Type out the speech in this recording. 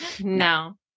no